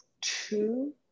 two